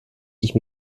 ich